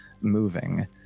moving